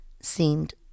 seemed